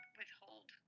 withhold